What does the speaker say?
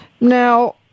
Now